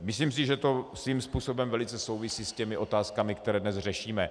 Myslím si, že to svým způsobem velice souvisí s těmi otázkami, které dnes řešíme.